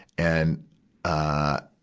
and i,